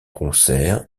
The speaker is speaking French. concert